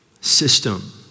system